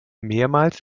mehrmals